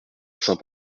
saint